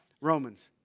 Romans